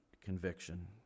conviction